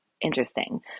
interesting